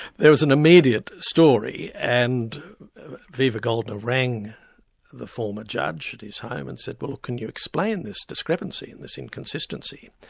there was an immediate story, and viva goldner rang the former judge at his home, and said, well can you explain this discrepancy, and this inconsistency?